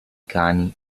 cani